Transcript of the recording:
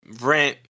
rent